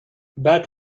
بعد